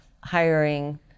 hiring